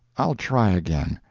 i'll try again.